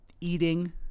eating